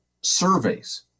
surveys